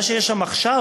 מה שיש שם עכשיו